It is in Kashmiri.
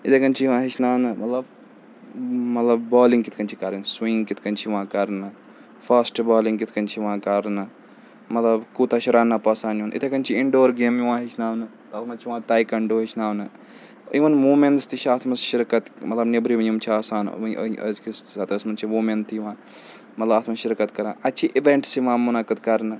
یِتھَے کَنۍ چھِ یِوان ہیٚچھناونہٕ مطلب مطلب بالِنٛگ کِتھ کَنۍ چھِ کَرٕنۍ سُوِنٛگ کِتھ کَنۍ چھِ یِوان کَرنہٕ فاسٹ بالِنٛگ کِتھ کَنۍ چھِ یِوان کَرنہٕ مطلب کوٗتاہ چھِ رَن اَپ آسان نیُن یِتھَے کَنۍ چھِ اِںڈور گیم یِوان ہیٚچھناونہٕ تَتھ منٛز چھِ یِوان تَیکانڈو ہیٚچھناونہٕ اِوٕن ووٗمینٕز تہِ چھِ اَتھ منٛز شِرکَت مطلب نٮ۪برِم یِم چھِ آسان وٕنۍ أزۍکِس سطحَس منٛز چھِ ووٗمین تہِ یِوان مطلب اَتھ منٛز شِرکَت کَران اَتہِ اِوٮ۪نٛٹٕس یِوان مُنعقٕد کَرنہٕ